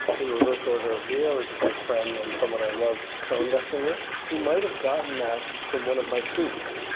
in reverse order. leo is a good friend and someone i love co investing with. he might have gotten that from one of my tweets.